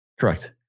correct